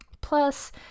plus